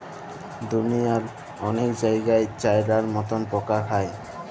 দুঁলিয়ার অলেক জায়গাই চাইলার মতল পকা খায়